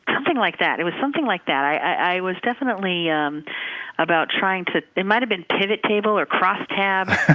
something like that. it was something like that. i was definitely about trying to it might have been pivot table or cross tab,